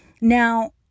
now